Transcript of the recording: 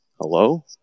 Hello